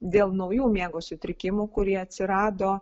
dėl naujų miego sutrikimų kurie atsirado